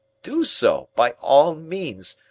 do so by all means,